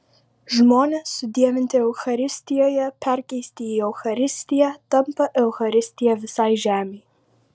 žmonės sudievinti eucharistijoje perkeisti į eucharistiją tampa eucharistija visai žemei